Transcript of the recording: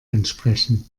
entsprechen